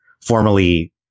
formally